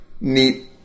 neat